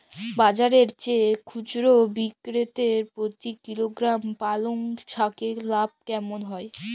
বাজারের চেয়ে খুচরো বিক্রিতে প্রতি কিলোগ্রাম পালং শাকে লাভ কেমন হয়?